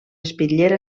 espitllera